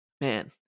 Man